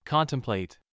Contemplate